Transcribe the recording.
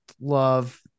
love